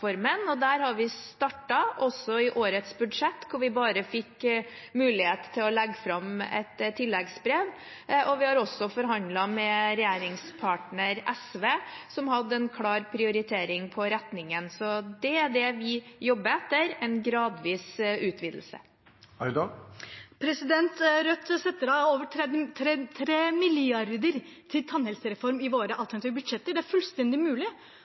og der har vi startet også i årets budsjett, hvor vi bare fikk mulighet til å legge fram et tilleggsbrev. Vi har også forhandlet med SV, som hadde en klar prioritering på retningen. Så det er det vi jobber for: en gradvis utvidelse. Rødt setter av over 3 mrd. kr til tannhelsereform i sine alternative budsjetter. Det er faktisk fullstendig mulig